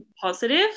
positive